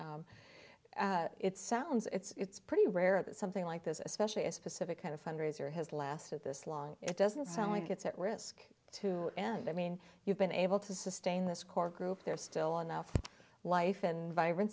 it sounds it's pretty rare that something like this especially a specific kind of fundraiser has lasted this long it doesn't sound like it's at risk to end i mean you've been able to sustain this core group there are still enough life and